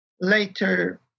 Later